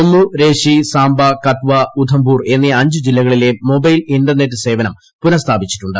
ജമ്മു രേശി സാംബ കത്വവ ഉധംപൂർ എന്നീ അഞ്ച് ജില്ലകളിലെ മൊബൈൽ ഇന്റർനെറ്റ് സേവനം പുനഃസ്ഥാപിച്ചിട്ടുണ്ട്